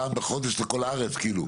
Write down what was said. פעם בחודש לכל הארץ כאילו?